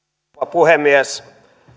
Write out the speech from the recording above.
puhemies